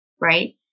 right